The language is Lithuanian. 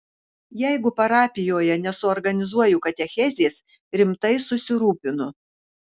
jeigu parapijoje nesuorganizuoju katechezės rimtai susirūpinu